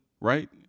right